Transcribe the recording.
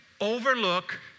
overlook